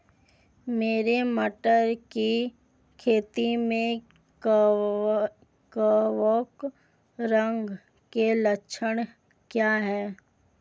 मेरी मटर की खेती में कवक रोग के लक्षण क्या हैं?